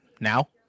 now